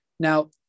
Now